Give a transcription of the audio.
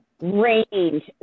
range